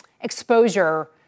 exposure